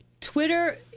twitter